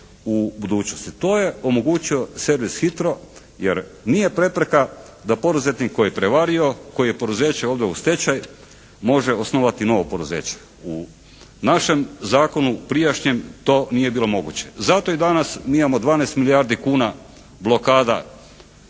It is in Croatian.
u budućnosti. To je omogućio servis HITRO jer nije prepreka da poduzetnik koji je prevario, koji je poduzeće odveo u stečaj može osnovati novo poduzeće. U našem zakonu, prijašnjem, to nije bilo moguće. Zato i danas mi imamo 12 milijardi kuna blokada